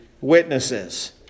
witnesses